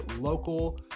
local